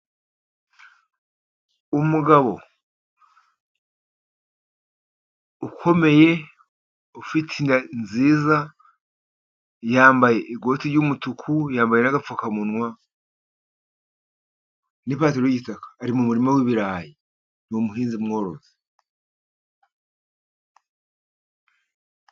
Umugabo ukomeye ufite inda nziza yambaye ikote ry'umutuku ,yambaye n'agapfukamunwa n'ipantaro y'igitaka ari mu murima w'ibirayi n'umuhinzi mworozi.